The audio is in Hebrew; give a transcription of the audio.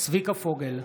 צביקה פוגל,